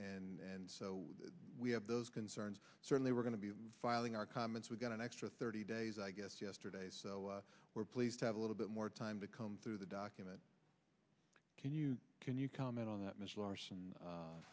so we have those concerns certainly we're going to be filing our comments we've got an extra thirty days i guess yesterday so we're pleased to have a little bit more time to comb through the document can you can you comment on that mr larsen